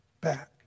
back